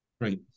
Right